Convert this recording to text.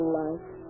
life